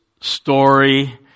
story